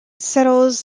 settles